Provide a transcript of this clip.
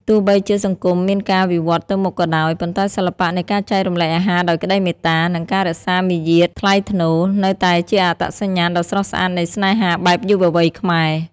ទោះបីជាសង្គមមានការវិវឌ្ឍទៅមុខក៏ដោយ ប៉ុន្តែសិល្បៈនៃការចែករំលែកអាហារដោយក្តីមេត្តា និងការរក្សាមារយាទថ្លៃថ្នូរ នៅតែជាអត្តសញ្ញាណដ៏ស្រស់ស្អាតនៃស្នេហាបែបយុវវ័យខ្មែរ។